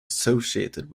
associated